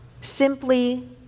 simply